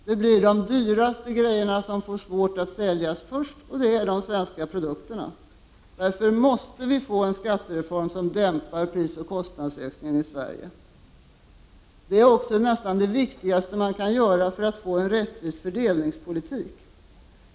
Det blir de dyraste varorna som blir svåra att sälja — och det är de svenska produkterna. Därför måste vi få en skattereform som dämpar prisoch kostnadsökningen i Sverige. Det är också nästan det viktigaste man kan göra för att få en rättvis fördelningspolitik.